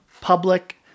public